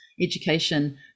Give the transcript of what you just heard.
education